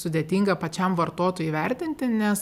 sudėtinga pačiam vartotojui vertinti nes